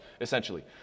essentially